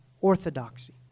orthodoxy